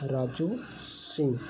Raju Singh